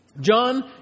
John